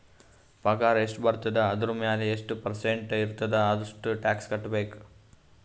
ಪಗಾರ್ ಎಷ್ಟ ಬರ್ತುದ ಅದುರ್ ಮ್ಯಾಲ ಎಷ್ಟ ಪರ್ಸೆಂಟ್ ಇರ್ತುದ್ ಅಷ್ಟ ಟ್ಯಾಕ್ಸ್ ಕಟ್ಬೇಕ್